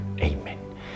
Amen